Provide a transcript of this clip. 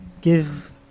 give